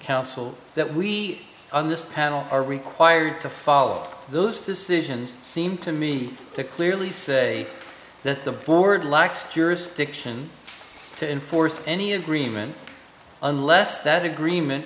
counsel that we on this panel are required to follow those decisions seem to me to clearly say that the board lacks jurisdiction to enforce any agreement unless that agreement